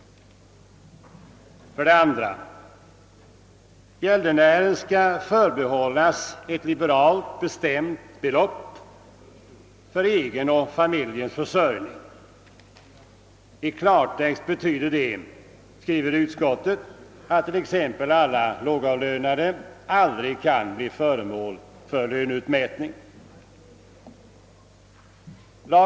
För det andra: Gäldenären skall förbehållas ett liberalt bestämt belopp för egen och familjens försörjning. I klartext betyder detta, framgår det av utskottsutlåtandet, att löneutmätning inte kan komma i fråga för t.ex. lågavlönade.